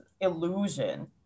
illusion